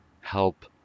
help